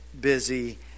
busy